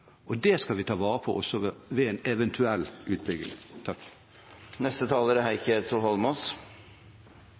Og det skal vi ta vare på også ved en eventuell utbygging.